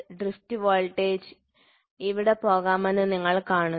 drift voltage ഇവിടെ പോകാമെന്ന് നിങ്ങൾ കാണുന്നു